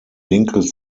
winkel